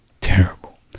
terrible